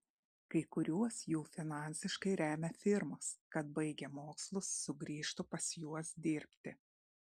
kai kuriuos jų finansiškai remia firmos kad baigę mokslus sugrįžtų pas juos dirbti